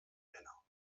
männer